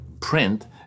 print